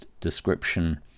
description